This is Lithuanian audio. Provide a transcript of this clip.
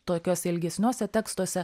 tokiuose ilgesniuose tekstuose